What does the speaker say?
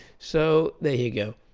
so there you go.